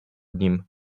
nim